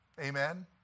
Amen